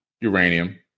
Uranium